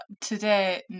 today